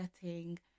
setting